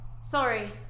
Sorry